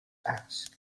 ask